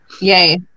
Yay